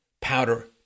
powder